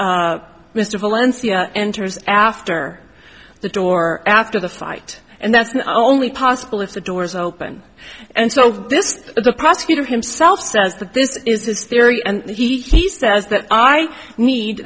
mr valencia enters after the door after the fight and that's only possible if the door's open and so this the prosecutor himself says that this is this theory and he says that i need